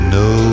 no